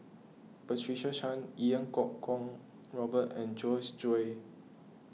Patricia Chan Iau Kuo Kwong Robert and Joyce Jue